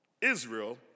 Israel